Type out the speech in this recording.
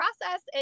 process